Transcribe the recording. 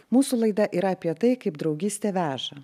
mūsų laida yra apie tai kaip draugystė veža